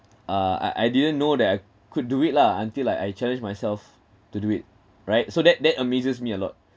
uh I I didn't know that I could do it lah until like I challenged myself to do it right so that that amazes me a lot